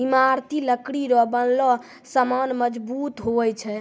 ईमारती लकड़ी रो बनलो समान मजबूत हुवै छै